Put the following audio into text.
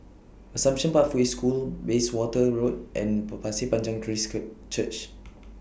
Assumption Pathway School Bayswater Road and Panjang Christ cut Church